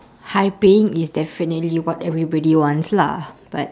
high paying is definitely what everybody wants lah but